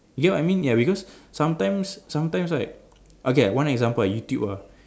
you get what I mean ya because sometimes sometimes right okay one example YouTube ah